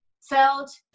felt